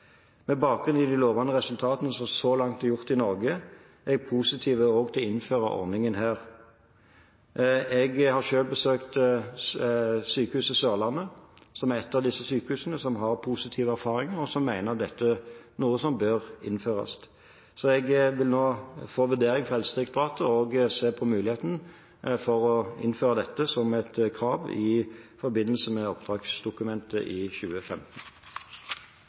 Med bakgrunn i de lovende resultatene som så langt er gjort i Norge, er jeg positiv til å innføre ordningen også her. Jeg har selv besøkt Sørlandet sykehus, som er et av disse sykehusene som har positive erfaringer, og som mener dette er noe som bør innføres. Så jeg vil nå få en vurdering fra Helsedirektoratet og se på muligheten for å innføre dette som et krav i forbindelse med oppdragsdokumentet i 2015.